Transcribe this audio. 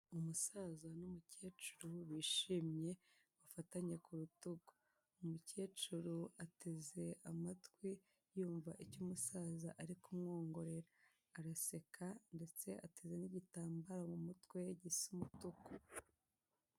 Umusaza n'umukecuru bishimye bafatanye ku rutugu, umukecuru ateze amatwi yumva icyo umusaza ari kumwongorera, araseka ndetse ateze n'igitambaro mu umutwe gisa umutuku.